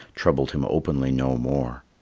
troubled him openly no more,